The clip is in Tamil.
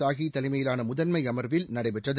சாஹி தலைமையிலான முதன்மை அமர்வில் நடைபெற்றது